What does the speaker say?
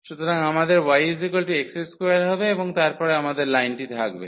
সুতরাং আমাদের yx2 হবে এবং তারপরে আমাদের লাইনটি থাকবে